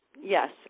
Yes